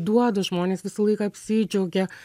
duodu žmonės visą laiką apsidžiaugia